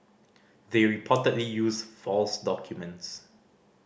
they reportedly used false documents